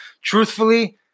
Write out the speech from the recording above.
Truthfully